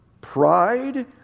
pride